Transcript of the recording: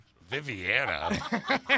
Viviana